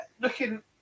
Looking